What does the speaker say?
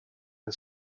and